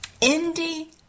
Indy